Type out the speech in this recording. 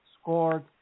scored